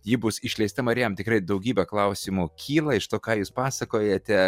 ji bus išleista marijam tikrai daugybė klausimų kyla iš to ką jūs pasakojate